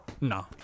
no